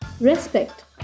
Respect